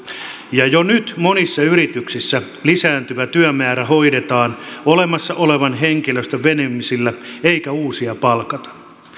jo nyt monissa yrityksissä lisääntyvä työmäärä hoidetaan olemassa olevan henkilöstön venymisillä eikä uusia palkata